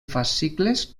fascicles